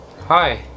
hi